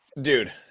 Dude